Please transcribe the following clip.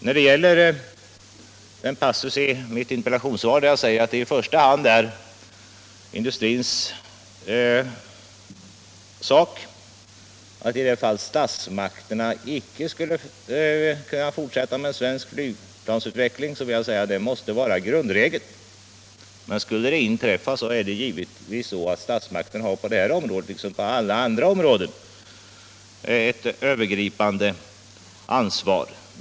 När det gäller den passus i mitt interpellationssvar där jag säger att det i första hand är industrins sak att utarbeta alternativ till den nuvarande produktionen för den händelse statsmakterna inte kan fortsätta att uppehålla samma produktionsvolym, vill jag understryka att detta måste vara grundregeln. Skulle detta inte lyckas har statsmakterna på det här området, liksom på alla andra, det övergripande ansvaret.